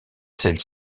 celle